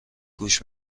گوش